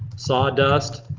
sawdust,